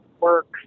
work